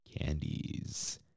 candies